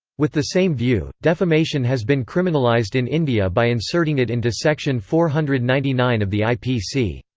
with the same view, defamation has been criminalised in india by inserting it into section four hundred and ninety nine of the i p c.